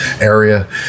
area